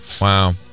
Wow